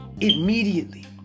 Immediately